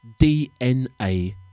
DNA